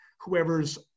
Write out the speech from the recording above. whoever's